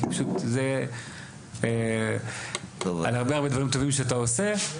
כי פשוט זה על הרבה הרבה דברים טובים שאתה עושה,